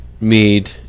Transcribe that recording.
mead